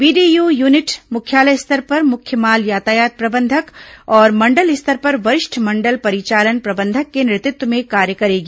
BDU unit मुख्यालय स्तर पर मुख्य माल यातायात प्रबंधक और मंडल स्तर पर वरिष्ठ मंडल परिचालन प्रबंधक के नेतृत्व में कार्य करेगी